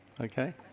okay